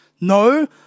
No